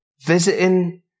visiting